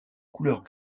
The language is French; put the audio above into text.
couleurs